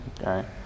okay